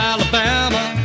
Alabama